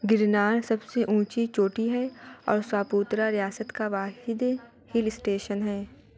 گرنار سب سے اونچی چوٹی ہے اور ساپوترا ریاست کا واحد ہل اسٹیشن ہے